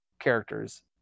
characters